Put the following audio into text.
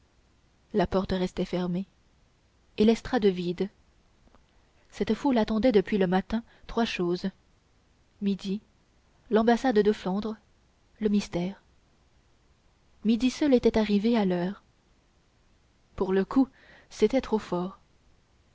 la porte restait fermée et l'estrade vide cette foule attendait depuis le matin trois choses midi l'ambassade de flandre le mystère midi seul était arrivé à l'heure pour le coup c'était trop fort